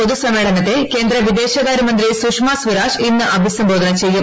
പൊതുസമ്മേളനത്തെ കേന്ദ്ര വിദേശകാരൃ മന്ത്രി സുഷമസ്വരാജ് ഇന്ന് അഭിസംബോധന ചെയ്യും